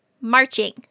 marching